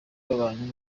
babanye